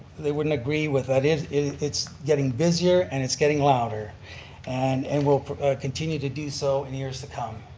they wouldn't agree with that, but it's getting busier and it's getting louder and and will continue to do so in the years to come.